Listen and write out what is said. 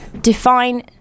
Define